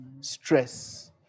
Stress